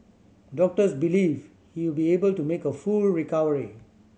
doctors believe he will be able to make a full recovery